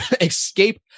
escape